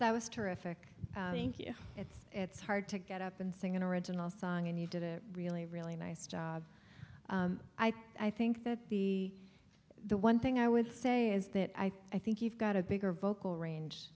at was terrific thank you and it's hard to get up and sing an original song and you did it really really nice job i think that the the one thing i would say is that i think you've got a bigger vocal range